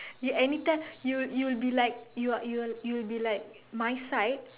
you anytime you'll you'll be like you're you'll you'll be like my side